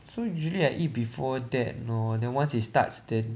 so usually I eat before that lor then once it starts then